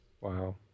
Wow